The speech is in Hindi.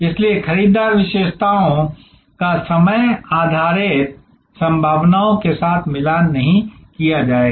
इसलिए खरीदार विशेषताओं का समय आधारित संभावनाओं के साथ मिलान किया जाएगा